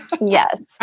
Yes